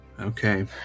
okay